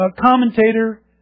commentator